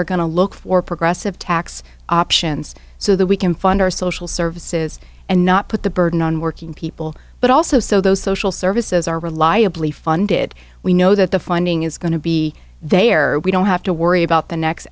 are going to look for progressive tax options so that we can fund our social services and not put the burden on working people but also so those social services are reliably funded we know that the funding is going to be there we don't have to worry about the next